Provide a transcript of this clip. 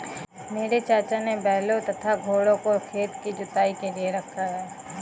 मेरे चाचा ने बैल तथा घोड़ों को खेत की जुताई के लिए रखा है